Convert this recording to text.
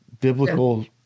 biblical